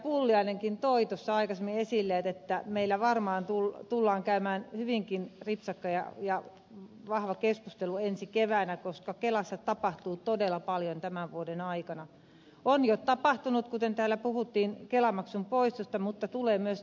pulliainenkin toi tuossa aikaisemmin esille että meillä varmaan tullaan käymään hyvinkin ripsakka ja vahva keskustelu ensi keväänä koska kelassa tapahtuu todella paljon tämän vuoden aikana on jo tapahtunut kuten täällä puhuttiin kelamaksun poistosta mutta tulee myös tapahtumaan